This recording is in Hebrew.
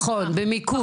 נכון, במיקוד.